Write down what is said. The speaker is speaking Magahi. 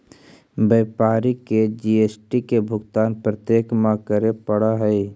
व्यापारी के जी.एस.टी के भुगतान प्रत्येक माह करे पड़ऽ हई